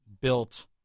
built